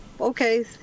Okay